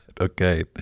Okay